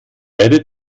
erde